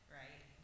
right